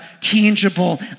tangible